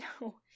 No